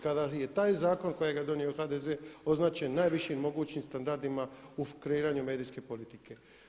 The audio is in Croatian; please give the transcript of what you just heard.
Kada je taj zakon kojega je donio HDZ označen najvišim mogućim standardima u kreiranju medijske politike.